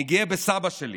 אני גאה בסבא שלי